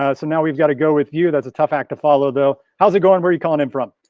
ah so now we've got to go with you, that's a tough act to follow though, how's it going, where you calling in from?